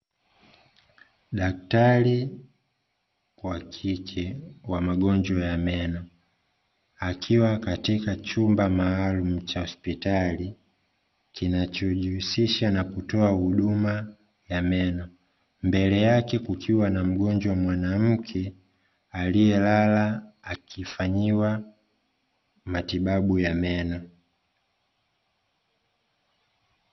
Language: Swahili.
Daktari wa kike wa magonjwa ya meno, akiwa katika chumba maalumu cha hospitali kinachojihusisha na kutoa huduma ya meno. Mbele yake kukiwa na mgonjwa mwanamke aliyelala, akifanyiwa matibabu ya meno.